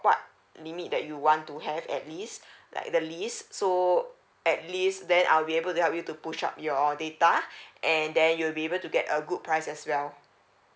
what limit that you want to have at least like the least so at least then I'll be able to help you to push up your data and then you'll be able to get a good price as well